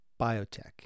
Biotech